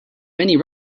many